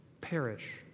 perish